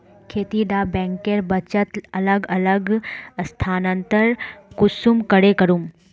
खेती डा बैंकेर बचत अलग अलग स्थानंतरण कुंसम करे करूम?